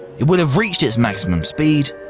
it will have reached its maximum speed,